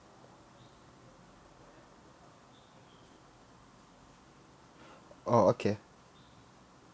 oh okay